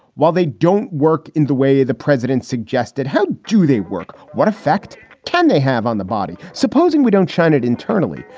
while they don't work in the way the president suggested, how do they work? what effect can they have on the body? supposing we don't shine it internally,